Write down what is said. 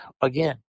again